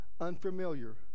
unfamiliar